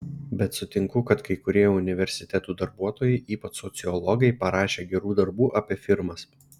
bet sutinku kad kai kurie universitetų darbuotojai ypač sociologai parašė gerų darbų apie firmas